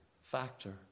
factor